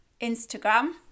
Instagram